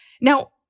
Now